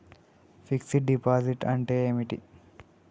Fix డ్ deposit అంటే ఏమిటి?